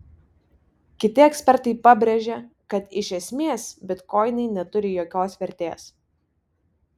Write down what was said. kiti ekspertai pabrėžia kad iš esmės bitkoinai neturi jokios vertės